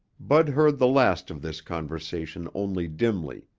bud heard the last of this conversation only dimly,